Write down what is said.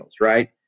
right